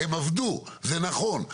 הן עבדו וזה נכון,